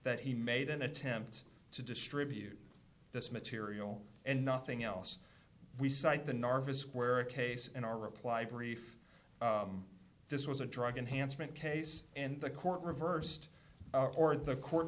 that he made an attempt to distribute this material and nothing else we cite the nervous where case in our reply brief this was a drug enhanced mint case and the court reversed or the court